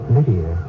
Lydia